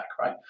right